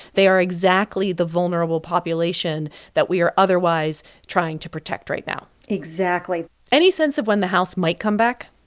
they are exactly the vulnerable population that we are otherwise trying to protect right now exactly any sense of when the house might come back?